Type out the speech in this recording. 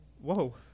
Whoa